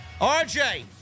RJ